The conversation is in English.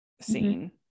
scene